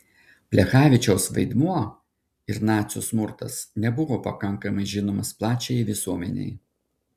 plechavičiaus vaidmuo ir nacių smurtas nebuvo pakankamai žinomas plačiajai visuomenei